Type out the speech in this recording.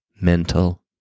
mental